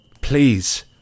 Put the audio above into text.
please